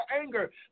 anger